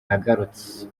yagarutse